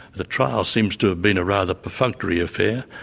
the trial seems to have been a rather perfunctory affair,